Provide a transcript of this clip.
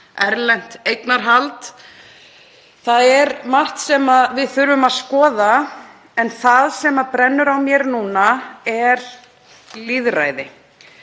erlent eignarhald. Það er margt sem við þurfum að skoða en það sem brennur á mér núna er lýðræði.